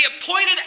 appointed